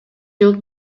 жыл